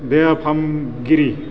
देहा फाहामगिरि